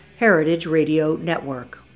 heritageradionetwork